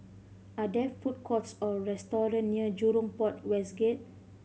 are there food courts or restaurant near Jurong Port West Gate